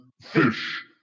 fish